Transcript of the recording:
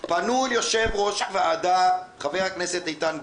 פנו ליושב-ראש הוועדה, חבר הכנסת איתן גינזבורג,